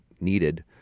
needed